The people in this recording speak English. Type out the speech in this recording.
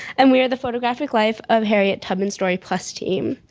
and we are the photographic life of harriet tubman story team.